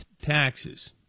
taxes